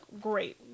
great